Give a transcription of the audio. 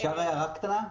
אפשר הערה קטנה?